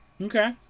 Okay